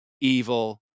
evil